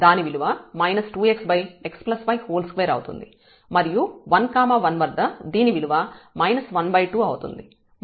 దాని విలువ 2xx y2 అవుతుంది మరియు 1 1 వద్ద దీని విలువ 12 అవుతుంది